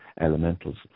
elementals